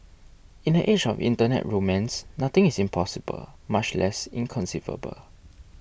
in the age of internet romance nothing is impossible much less inconceivable